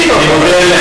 שכר